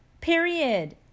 period